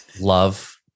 love